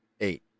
Eight